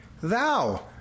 thou